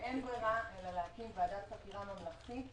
אין ברירה אלא להקים ועדת חקירה ממלכתית.